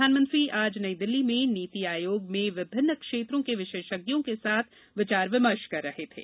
प्रधानमंत्री आज नई दिल्ली में नीति आयोग में विभिन्न क्षेत्रों के विशेषज्ञों के साथ विचार विमर्श कर रहे थे